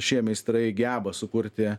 šie meistrai geba sukurti